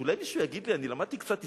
אולי מישהו יגיד לי, אני למדתי קצת היסטוריה,